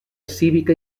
cívica